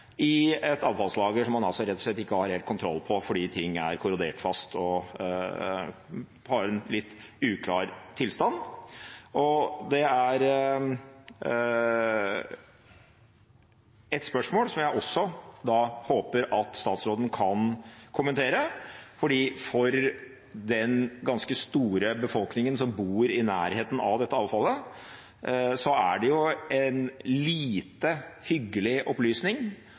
i et avfallslager som man rett og slett ikke har helt kontroll på fordi ting er korrodert fast og er i en litt uklar tilstand. Det er et spørsmål som jeg også håper at statsråden kan kommentere, fordi at for den ganske store befolkningen som bor i nærheten av dette avfallet, er det en lite hyggelig opplysning